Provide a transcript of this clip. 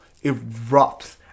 erupts